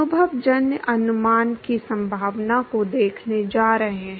अनुभवजन्य अनुमान की संभावना को देखने जा रहे हैं